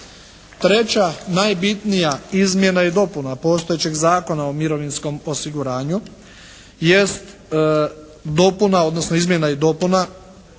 Treća najbitnija izmjena i dopuna postojećeg Zakona o mirovinskom osiguranju jest dopuna, odnosno izmjena i dopuna